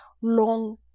long